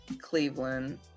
Cleveland